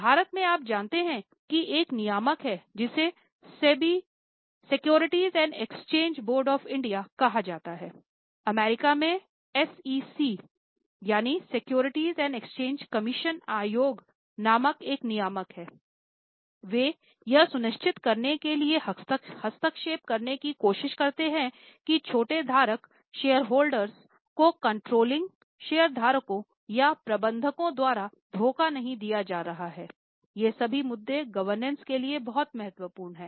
भारत में आप जानते हैं कि एक नियामक है जिसे SEBI securities and exchange board of India के लिए बहुत महत्वपूर्ण हैं